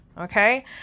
okay